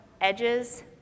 edges